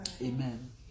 amen